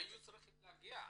היו צריכים להגיע.